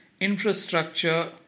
infrastructure